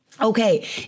Okay